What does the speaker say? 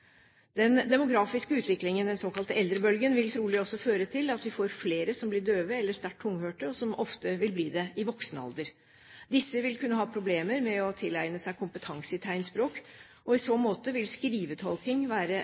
Den demografiske utviklingen, den såkalte eldrebølgen, vil trolig også føre til at vi får flere som blir døve eller sterkt tunghørte, og som ofte vil bli det i voksen alder. Disse vil kunne ha problemer med å tilegne seg kompetanse i tegnspråk, og i så måte vil skrivetolking være